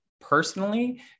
personally